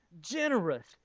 generous